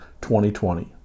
2020